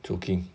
joking